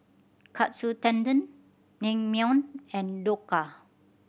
Katsu Tendon Naengmyeon and Dhokla